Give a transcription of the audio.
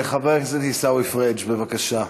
חבר הכנסת עיסאווי פריג', בבקשה,